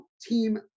team